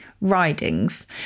ridings